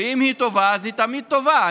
ואם היא טובה אז היא תמיד טובה.